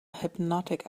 hypnotic